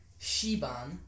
Shiban